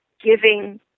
giving